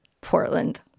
Portland